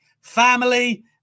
family